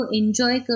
enjoy